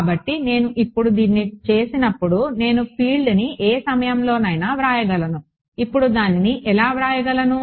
కాబట్టి నేను ఇప్పుడు దీన్ని చేసినప్పుడు నేను ఫీల్డ్ని ఏ సమయంలోనైనా వ్రాయగలను ఇప్పుడు దానిని ఎలా వ్రాయగలను